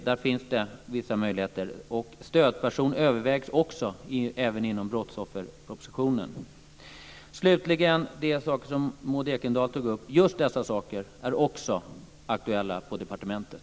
Där finns det vissa möjligheter. Stödperson övervägs även inom brottsofferpropositionen. Slutligen vill jag säga om det som Maud Ekendahl tog upp att just dessa saker också är aktuella på departementet.